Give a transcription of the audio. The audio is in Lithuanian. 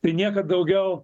tai niekad daugiau